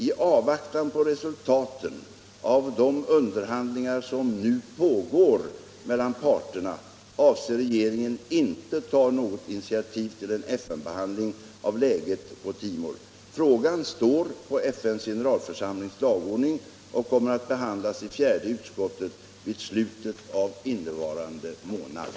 I avvaktan på resultaten av de underhandlingar som nu pågår mellan parterna avser regeringen inte ta något initiativ till en FN-behandling av läget på Timor. Frågan står på FN:s generalförsamlings dagordning och kommer att behandlas i fjärde utskottet vid slutet av innevarande månad.